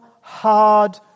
hard